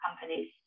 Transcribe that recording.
companies